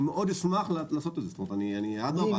אשמח מאוד לעשות את זה, אדרבה.